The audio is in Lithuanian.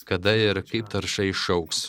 kada ir kaip tarša išaugs